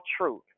truth